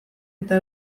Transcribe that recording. eta